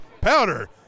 Powder